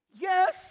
Yes